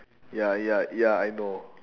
ya ya ya I know